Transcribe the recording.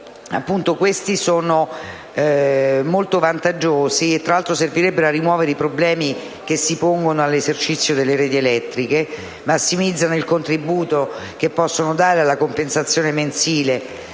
poiché sono molti vantaggiosi; servirebbero tra l'altro a rimuovere i problemi che si pongono all'esercizio delle reti elettriche e massimizzano il contributo che possono offrire alla compensazione mensile